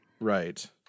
Right